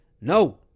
No